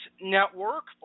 network